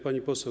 Pani Poseł!